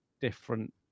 different